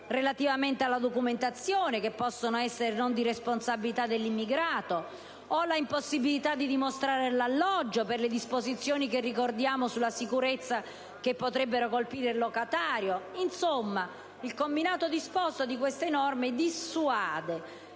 relativamente alla documentazione che possono essere non di responsabilità dell'immigrato o all'impossibilità di dimostrare l'alloggio per le disposizioni che ricordiamo sulla sicurezza che potrebbero colpire il locatario. In sostanza, il combinato disposto di queste norme dissuade